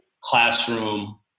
classroom